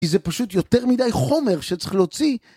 כי זה פשוט יותר מדי חומר שצריך להוציא.